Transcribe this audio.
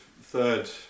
third